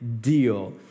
deal